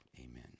amen